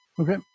Okay